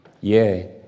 yea